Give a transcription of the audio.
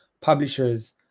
publishers